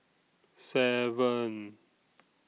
seven